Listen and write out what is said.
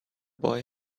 boy